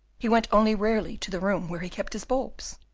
he went only rarely to the room where he kept his bulbs,